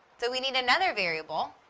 so, we need another variable,